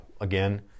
again